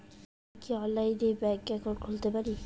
আমি কি অনলাইনে ব্যাংক একাউন্ট খুলতে পারি?